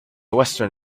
western